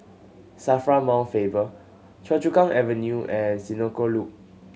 SAFRA Mount Faber Choa Chu Kang Avenue and Senoko Loop